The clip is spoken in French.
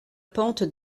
pente